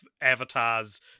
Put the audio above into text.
Avatar's